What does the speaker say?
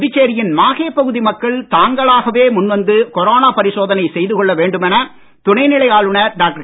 புதுச்சேரியின் மாஹே பகுதி மக்கள் தாங்களாகவே முன்வந்து கொரோனா பரிசோதனை செய்துகொள்ள வேண்டுமென துணைநிலை ஆளுனர் டாக்டர்